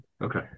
okay